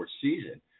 season